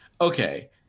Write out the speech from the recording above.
Okay